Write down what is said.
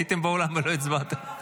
הייתם באולם ולא הצבעתם?